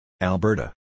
Alberta